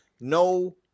no